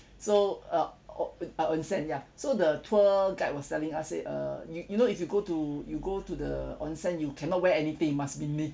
so uh o~ uh onsen ya so the tour guide was telling us say err you you know if you go to you go to the onsen you cannot wear anything must be naked